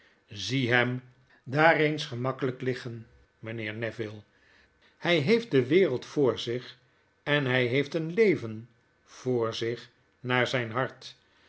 zie hem daar eens gemakkelyk liggen mynheer neville hy heeft de wereld voor zich en hy heeft een leven voor zich naar zjjn hart